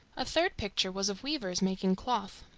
a third picture was of weavers making cloth.